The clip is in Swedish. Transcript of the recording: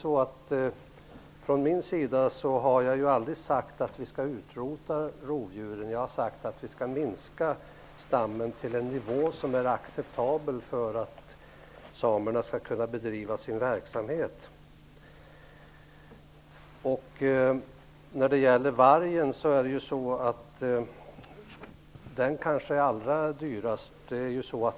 Jag har aldrig sagt att vi skall utrota rovdjuren; jag har sagt att vi skall minska stammen till en nivå som är acceptabel för att samerna skall kunna bedriva sin verksamhet. Vargen kanske är allra dyrast.